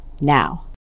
now